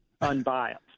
unbiased